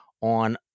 on